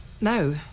No